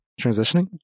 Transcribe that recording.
transitioning